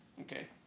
okay